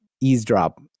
eavesdrop